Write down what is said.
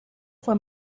fue